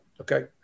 okay